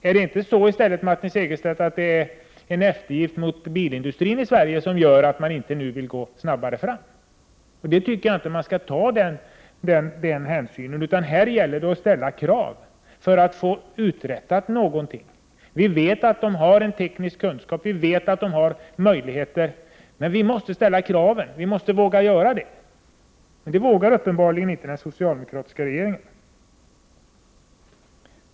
Är det inte i stället så, Martin Segerstedt, att det är en eftergift åt bilindustrin i Sverige som gör att man nu inte vill gå snabbare fram? Den hänsynen tycker jag inte att man skall ta, utan här gäller det att ställa krav för att få någonting uträttat. Vi vet att bilindustrin har den tekniska kunskapen och möjligheterna i övrigt, men vi måste våga ställa krav. Det vågar uppenbarligen inte den socialdemokratiska regeringen.